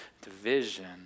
division